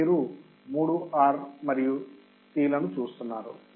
ఇక్కడ మీరు 3 R మరియు C లను చూడవచ్చు